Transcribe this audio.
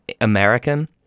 American